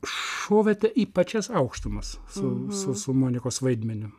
šovėte į pačias aukštumas su su su monikos vaidmeniu